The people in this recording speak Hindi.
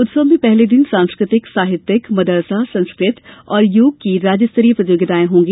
उत्सव में पहले दिन सांस्कृतिक साहित्यिक मदरसा संस्कृत एवं योग की राज्य स्तरीय प्रतियोगिताएं होंगी